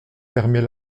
permet